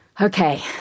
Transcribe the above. okay